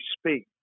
speak